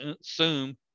assume